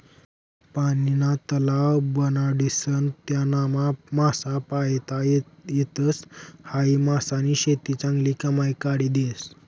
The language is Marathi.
पानीना तलाव बनाडीसन त्यानामा मासा पायता येतस, हायी मासानी शेती चांगली कमाई काढी देस